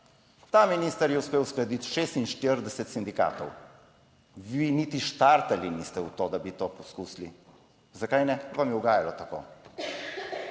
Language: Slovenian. ta minister je uspel uskladiti 46 sindikatov. Vi niti štartali niste v to, da bi to poskusili. Zakaj ne? Vam je ugajalo tako.